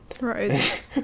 Right